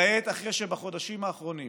כעת, אחרי שבחודשים האחרונים